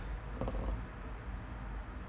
uh